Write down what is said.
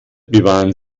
bewahren